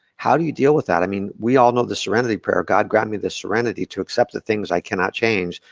how do you deal with that? i mean we all know the serenity, god grant me the serenity to accept the things i cannot change,